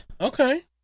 okay